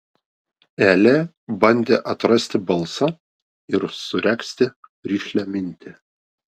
elė bandė atrasti balsą ir suregzti rišlią mintį